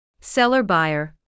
Seller-buyer